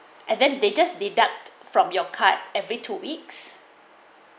and then they just deduct from your card every two weeks